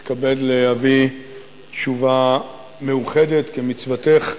אני מתכבד להביא תשובה מאוחדת, כמצוותך,